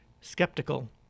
skeptical